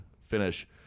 finish